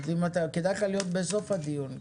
כדאי לך להיות בסוף הדיון,